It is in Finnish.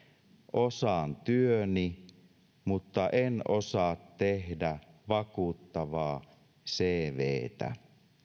osaan työni mutta en osaa tehdä vakuuttavaa cvtä